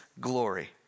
glory